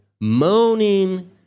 moaning